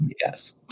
Yes